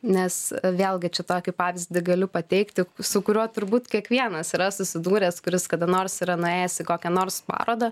nes vėlgi čia tokį pavyzdį galiu pateikti su kuriuo turbūt kiekvienas yra susidūręs kuris kada nors yra nuėjęs į kokią nors parodą